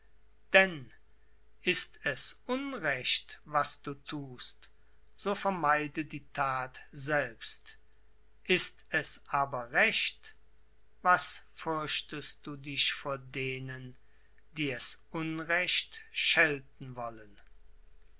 denn ist es unrecht was du thust so meide die that selbst ist es aber recht was fürchtest du dich vor denen die es unrecht schelten wollen